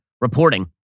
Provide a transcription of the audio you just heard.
reporting